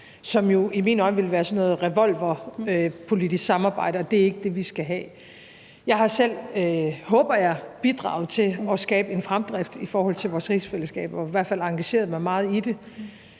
som jo i mine øjne ville være sådan noget revolverpolitisk samarbejde, og det er ikke det, vi skal have. Jeg har selv, håber jeg, bidraget til at skabe en fremdrift i forhold til vores rigsfællesskab og i hvert fald engageret mig meget i det,